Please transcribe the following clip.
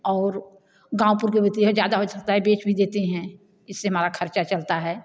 और गाँव पुर की ज़्यादा हो सकता है बेच भी देते हैं इससे हमारा खर्चा चलता है